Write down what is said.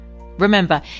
Remember